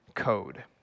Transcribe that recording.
code